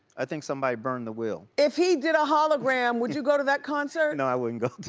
i think somebody burned the will. if he did a hologram would you go to that concert? no, i wouldn't go.